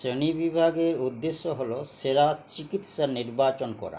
শ্রেণীবিভাগের উদ্দেশ্য হলো সেরা চিকিৎসা নির্বাচন করা